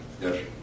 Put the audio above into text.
Yes